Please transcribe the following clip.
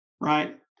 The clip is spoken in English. right